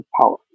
power